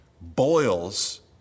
boils